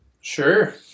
Sure